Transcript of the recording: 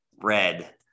red